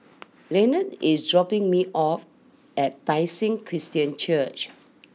Lenon is dropping me off at Tai Seng Christian Church